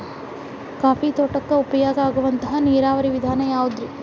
Coffee ತೋಟಕ್ಕ ಉಪಾಯ ಆಗುವಂತ ನೇರಾವರಿ ವಿಧಾನ ಯಾವುದ್ರೇ?